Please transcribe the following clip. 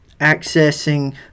accessing